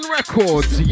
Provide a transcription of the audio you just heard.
Records